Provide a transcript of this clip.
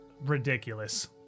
ridiculous